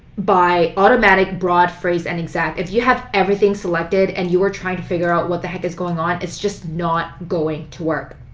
by automatic, broad, phrase and exact. if you have everything selected and you are trying to figure out what the heck is going on, it's just not going to work.